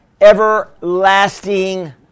everlasting